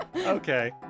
Okay